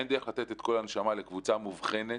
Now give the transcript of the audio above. אין דרך לתת את כל הנשמה לקבוצה מובחנת,